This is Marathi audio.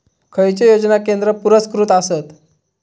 खैचे योजना केंद्र पुरस्कृत आसत?